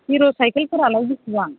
हिर' साइखेलफोरालाय बिसिबां